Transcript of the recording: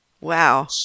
Wow